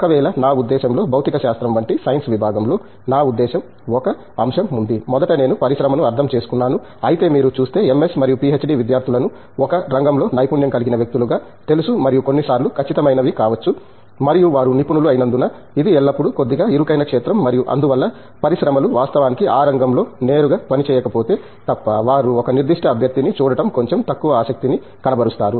ఒకవేళ నా ఉద్దేశ్యంలో భౌతికశాస్త్రం వంటి సైన్స్ విభాగంలో నా ఉద్దేశ్యం ఒక అంశం ఉంది మొదట నేను పరిశ్రమను అర్థం చేసుకున్నాను అయితే మీరు చూస్తే ఎంఎస్ మరియు పిహెచ్డి విద్యార్థులను ఒక రంగంలో నైపుణ్యం కలిగిన వ్యక్తులుగా తెలుసు మరియు కొన్ని సార్లు ఖచ్చితమైనవి కావచ్చు మరియు వారు నిపుణులు అయినందున ఇది ఎల్లప్పుడూ కొద్దిగా ఇరుకైన క్షేత్రం మరియు అందువల్ల పరిశ్రమలు వాస్తవానికి ఆ రంగంలో నేరుగా పనిచేయకపోతే తప్ప వారు ఒక నిర్దిష్ట అభ్యర్థిని చూడటం కొంచెం తక్కువ ఆసక్తి ని కనబరుస్తారు